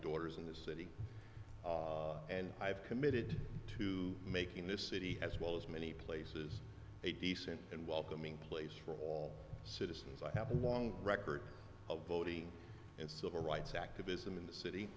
daughters in this city and i have committed to making this city as well as many places a decent and welcoming place for all citizens i have a long record of voting and civil rights activism in the city